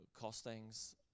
costings